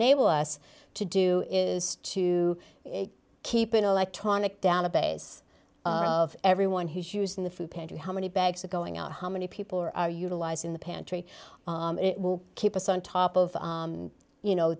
enable us to do is to keep an electronic database of everyone who's using the food pantry how many bags are going out how many people are utilizing the pantry it will keep us on top of you know